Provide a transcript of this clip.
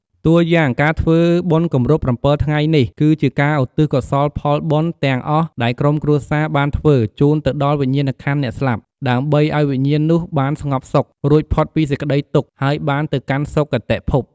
តួយ៉ាង ការធ្វើបុណ្យគម្រប់៧ថ្ងៃនេះ គឺជាការ ឧទ្ទិសកុសលផលបុណ្យ ទាំងអស់ដែលក្រុមគ្រួសារបានធ្វើ ជូនទៅដល់វិញ្ញាណក្ខន្ធអ្នកស្លាប់ ដើម្បីឱ្យវិញ្ញាណនោះបាន ស្ងប់សុខ រួចផុតពីសេចក្តីទុក្ខ ហើយបានទៅកាន់ សុគតិភព។